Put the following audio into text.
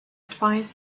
advise